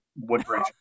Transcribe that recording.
Woodbridge